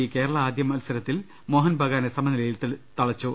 C Kerala ആദ്യമത്സരത്തിൽ മോഹൻബഗാനെ സമനിലയിൽ തളച്ചു